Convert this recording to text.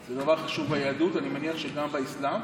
זה דבר חשוב ביהדות, אני מניח שגם באסלאם,